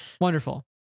wonderful